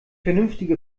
vernünftige